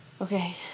Okay